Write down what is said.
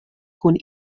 kun